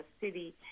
city